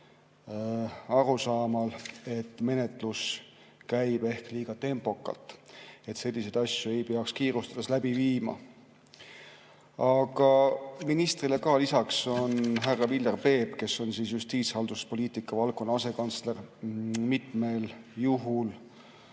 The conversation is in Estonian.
arusaamal, et menetlus käib ehk liiga tempokalt ja selliseid asju ei peaks kiirustades läbi viima. Ministrile lisaks on ka härra Viljar Peep, justiitshalduspoliitika valdkonna asekantsler, mitmel juhul